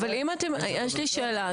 יש לי שאלה,